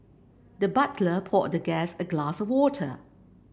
the butler poured the guest a glass of water